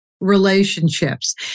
relationships